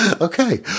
Okay